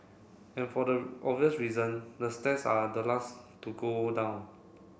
and for the obvious reason the stairs are the last to go down